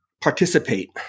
participate